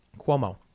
Cuomo